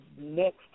Next